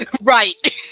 Right